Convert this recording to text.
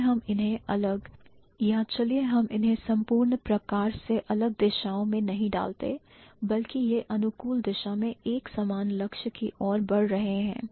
चलिए हम इन्हें अलग या चलिए हम इन्हें संपूर्ण प्रकार से अलग दिशाओं में नहीं डालते बल्कि यह अनुकूल दिशा में एक समान लक्ष्य की ओर बढ़ रहे हैं